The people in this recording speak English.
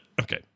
Okay